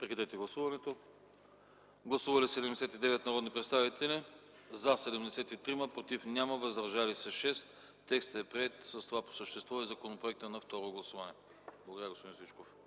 както е по доклада. Гласували 79 народни представители: за 73, против няма, въздържали се 6. Текстът е приет, а с това по същество и законът на второ гласуване. Благодаря, господин Стоичков.